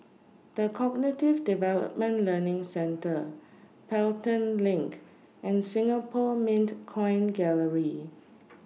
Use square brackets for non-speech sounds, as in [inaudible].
The Cognitive Development Learning Centre Pelton LINK and Singapore Mint Coin Gallery [noise]